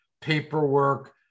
paperwork